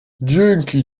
dzięki